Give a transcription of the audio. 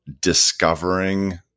discovering